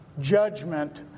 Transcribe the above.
judgment